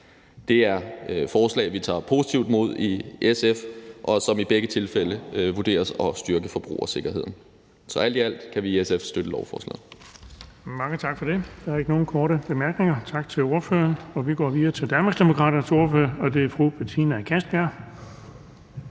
Det er forslag, vi tager positivt imod i SF, og som i begge tilfælde vurderes at styrke forbrugersikkerheden. Så alt i alt kan vi i SF støtte lovforslaget.